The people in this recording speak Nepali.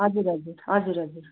हजुर हजुर हजुर हजुर